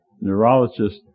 neurologist